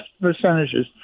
percentages